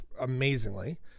amazingly